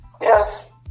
Yes